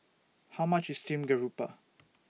How much IS Steamed Garoupa